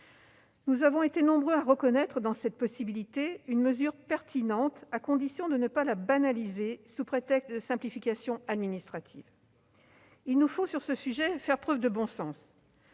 Nous avons été nombreux à reconnaître dans cette possibilité une mesure pertinente, à condition qu'elle ne soit pas banalisée sous prétexte de simplification administrative. Il nous faut, sur ce sujet, faire preuve de bon sens